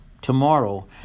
tomorrow